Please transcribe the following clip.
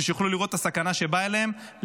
שיוכלו לראות את הסכנה שבאה אליהם,